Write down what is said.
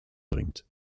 bringt